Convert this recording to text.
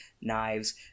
knives